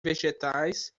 vegetais